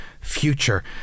future